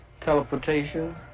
teleportation